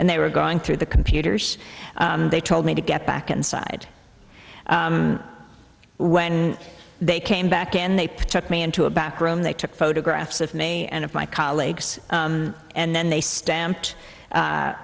and they were going through the computers they told me to get back inside when they came back and they took me into a back room they took photographs of me and my colleagues and then they stamped